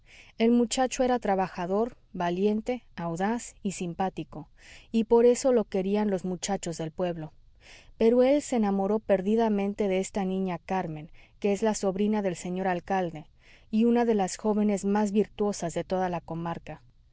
el muchacho era trabajador valiente audaz y simpático y por eso lo querían los muchachos del pueblo pero él se enamoró perdidamente de esta niña carmen que es la sobrina del señor alcalde y una de las jóvenes mas virtuosas de toda la comarca